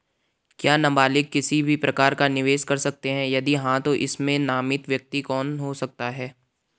क्या नबालिग किसी भी प्रकार का निवेश कर सकते हैं यदि हाँ तो इसमें नामित व्यक्ति कौन हो सकता हैं?